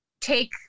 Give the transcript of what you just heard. take